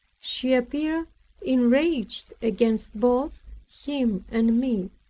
she appeared enraged against both him and me.